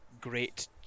Great